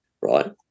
right